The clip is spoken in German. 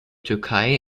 türkei